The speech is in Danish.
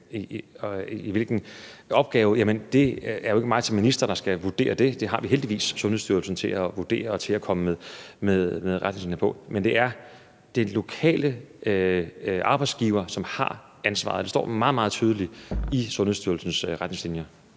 i hvilken opgave, er det jo ikke mig som minister der skal vurdere. Det har vi heldigvis Sundhedsstyrelsen til at vurdere og til at komme med retningslinjer for. Men det er den lokale arbejdsgiver, som har ansvaret, og det står meget, meget tydeligt i Sundhedsstyrelsens retningslinjer.